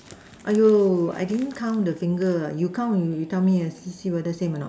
!aiyo! I didn't count the finger ah you count you you tell me see see the same or not